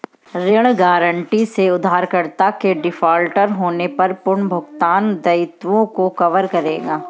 ऋण गारंटी से उधारकर्ता के डिफ़ॉल्ट होने पर पुनर्भुगतान दायित्वों को कवर करेगा